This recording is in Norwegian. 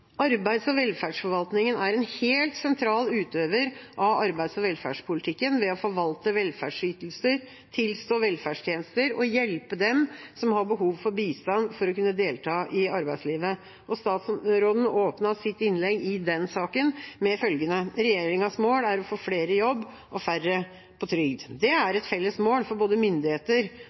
og velferdsforvaltningen er en helt sentral utøver av arbeids- og velferdspolitikken ved å forvalte velferdsytelser, tilstå velferdstjenester og hjelpe dem som har behov for bistand for å kunne delta i arbeidslivet.» Daværende statsråd Hauglie åpnet sitt innlegg i behandlingen av den saken med følgende: «Regjeringens mål er å få flere i jobb og færre på trygd.» Det er et felles mål for både myndigheter